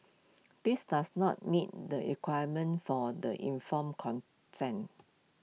this does not meet the requirement for the informed consent